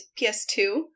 PS2